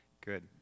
Good